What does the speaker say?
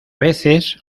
veces